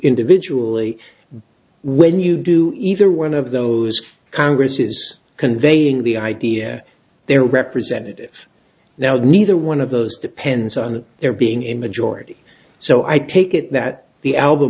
individually when you do either one of those congresses conveying the idea there representative now that neither one of those depends on there being a majority so i take it that the alb